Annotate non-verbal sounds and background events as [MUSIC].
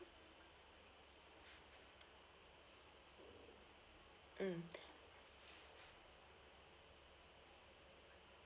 mm [BREATH]